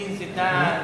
זידאן זידאן,